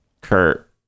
Kurt